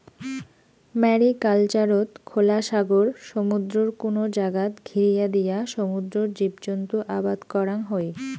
ম্যারিকালচারত খোলা সাগর, সমুদ্রর কুনো জাগাত ঘিরিয়া দিয়া সমুদ্রর জীবজন্তু আবাদ করাং হই